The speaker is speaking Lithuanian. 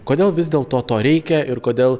kodėl vis dėl to to reikia ir kodėl